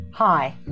Hi